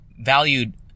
valued